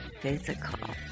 Physical